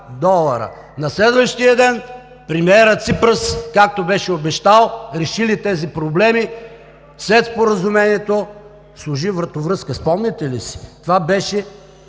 На следващия ден премиерът Ципрас, както беше обещал, реши ли тези проблеми, след Споразумението сложи вратовръзка. Спомняте ли си? (Председателят